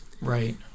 Right